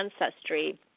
ancestry